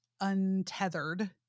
untethered